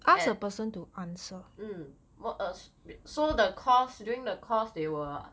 at mm well uh so the course during the course they will